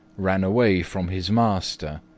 ran away from his master.